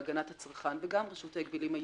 להגנת הצרכן וגם רשות ההגבלים העסקיים,